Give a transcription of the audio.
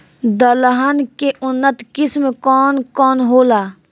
दलहन के उन्नत किस्म कौन कौनहोला?